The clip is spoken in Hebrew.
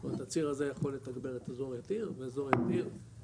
זאת אומרת הציר הזה יכול לתגבר את אזור יתיר ואזור יתיר,